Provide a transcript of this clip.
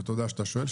ותודה שאתה שואל,